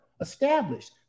Established